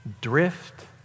drift